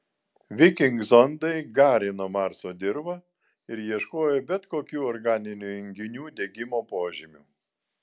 viking zondai garino marso dirvą ir ieškojo bet kokių organinių junginių degimo požymių